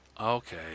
okay